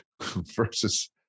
versus